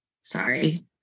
sorry